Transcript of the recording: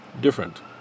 different